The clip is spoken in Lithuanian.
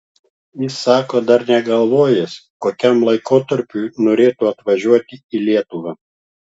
jis sako dar negalvojęs kokiam laikotarpiui norėtų atvažiuoti į lietuvą